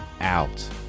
out